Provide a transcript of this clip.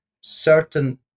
certain